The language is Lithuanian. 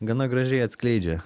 gana gražiai atskleidžia